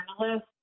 journalist